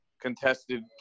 contested